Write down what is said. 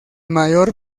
mayor